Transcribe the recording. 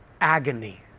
agony